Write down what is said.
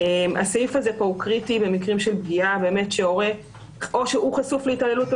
הסעיף הזה פה הוא קריטי למקרים של פגיעה או כשההורה חשוף להתעללות או